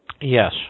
Yes